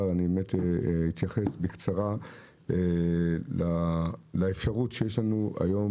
אתייחס בקצרה לאפשרות שיש לנו היום